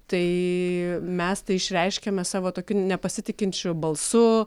tai mes tai išreiškiame savo tokiu nepasitikinčiu balsu